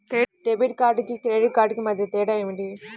Debit కార్డుకు credit credit కార్డుకు మధ్య తేడా ఏమిటీ?